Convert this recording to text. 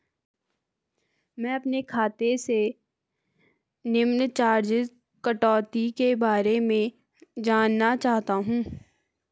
मैं अपने खाते से निम्न चार्जिज़ कटौती के बारे में जानना चाहता हूँ?